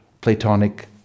Platonic